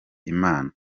imana